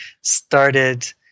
started